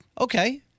Okay